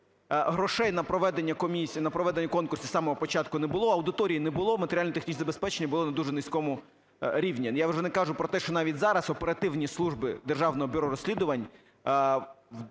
грошей на проведення конкурсу з самого початку не було, аудиторії не було, матеріально-технічне забезпечення було на дуже низькому рівні. Я вже не кажу про те, що навіть зараз оперативні служби Державного бюро розслідувань